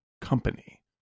company